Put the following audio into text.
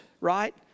right